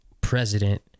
president